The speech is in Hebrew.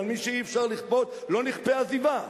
על מי שאי-אפשר לכפות לא נכפה עזיבה.